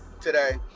today